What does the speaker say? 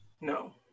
No